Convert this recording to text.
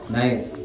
nice